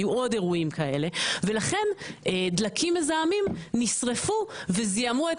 היו עוד אירועים כאלה ולכן דלקים מזהמים נשרפו וזיהמו את